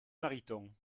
mariton